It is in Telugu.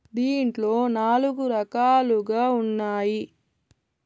దీంట్లో నాలుగు రకాలుగా ఉన్నాయి